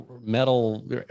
metal